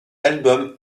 album